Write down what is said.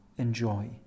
enjoy